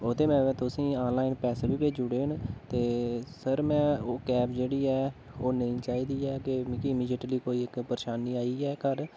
ओह्दे में तुसेंगी आनलाइन पैसे बी भेजी ओड़े न ते सर मैं ओह् कैब जेह्ड़ी ऐ ओह् नेईं चाहि्दी ऐ ते मिगी इमीजेटली कोई इक परेशानी आई गेई ऐ घर